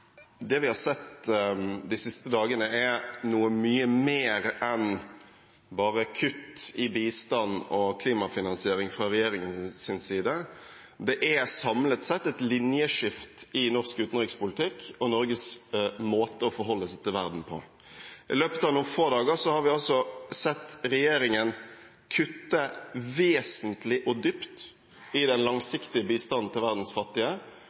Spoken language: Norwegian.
side. Det er samlet sett et linjeskift i norsk utenrikspolitikk og i Norges måte å forholde seg til verden på. I løpet av noen få dager har vi sett regjeringen kutte vesentlig og dypt i den langsiktige bistanden til verdens fattige,